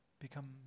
become